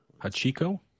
Hachiko